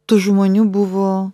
tų žmonių buvo